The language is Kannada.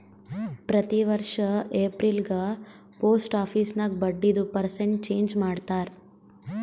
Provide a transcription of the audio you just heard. ಪ್ರತಿ ವರ್ಷ ಎಪ್ರಿಲ್ಗ ಪೋಸ್ಟ್ ಆಫೀಸ್ ನಾಗ್ ಬಡ್ಡಿದು ಪರ್ಸೆಂಟ್ ಚೇಂಜ್ ಮಾಡ್ತಾರ್